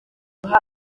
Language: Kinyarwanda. ikigo